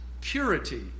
purity